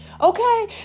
Okay